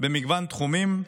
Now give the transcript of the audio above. במגוון תחומים: